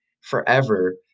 forever